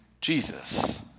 Jesus